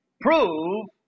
Prove